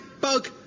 bug